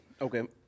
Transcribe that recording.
Okay